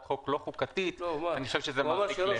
חוק לא חוקתית אני חושב שזה מרחיק לכת.